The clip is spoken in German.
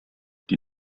die